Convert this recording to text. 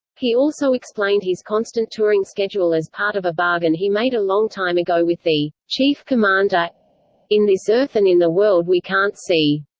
he also explained his constant touring schedule as part of a bargain he made a long time ago with the chief commander in this earth and in the world we can't see.